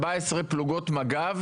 תפעיל כזה.